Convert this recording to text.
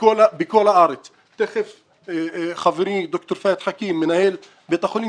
בכל הארץ ותכף חברי דוקטור פהד חכים מנהל בית החולים